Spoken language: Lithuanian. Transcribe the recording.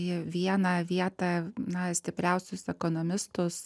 į vieną vietą na stipriausius ekonomistus